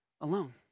alone